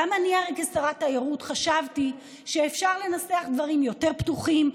הרי גם כשרת תיירות חשבתי שאפשר לנסח דברים יותר פתוחים,